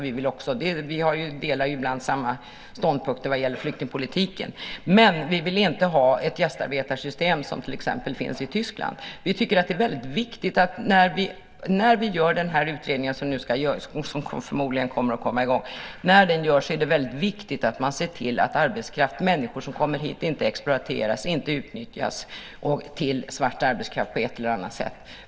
Vi delar ju ibland ståndpunkter vad gäller flyktingpolitiken, men vi vill inte ha ett gästarbetarsystem som till exempel finns i Tyskland. Vi tycker att det är väldigt viktigt att man, när den här utredningen som nu förmodligen kommer att komma i gång görs, ser till att arbetskraft, människor som kommer hit, inte exploateras, inte utnyttjas till svart arbetskraft på ett eller annat sätt.